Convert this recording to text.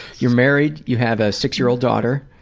you're married, you have a six-year-old daughter.